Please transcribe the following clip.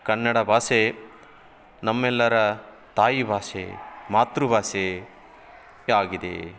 ಕನ್ನಡ ಭಾಷೆ ನಮ್ಮೆಲ್ಲರ ತಾಯಿ ಭಾಷೆ ಮಾತೃ ಭಾಷೆಯಾಗಿದೆ